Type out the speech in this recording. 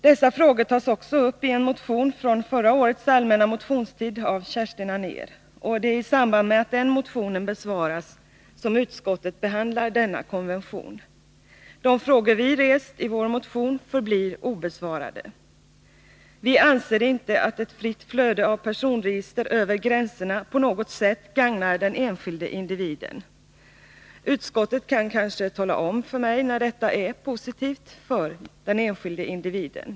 Dessa frågor tas också upp i en motion från förra årets allmänna motionstid av Kerstin Anér, och det är i samband med att den motionen besvaras som utskottet behandlar denna konvention. De frågor som vi har rest i vår motion förblir obesvarade. Vi anser inte att ett fritt flöde av personregister över gränserna på något sätt gagnar den enskilde individen. Utskottet kan kanske tala om för mig när detta är positivt för den enskilde individen.